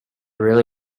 really